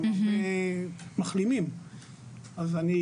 הם הרבה מחלימים אז.